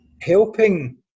helping